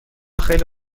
خیلی